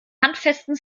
handfesten